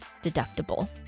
deductible